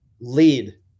Lead